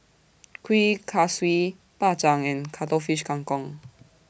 Kuih Kaswi Bak Chang and Cuttlefish Kang Kong